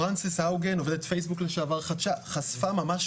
פרנסיס האוגן, עובדת פייסבוק לשעבר חשפה ממש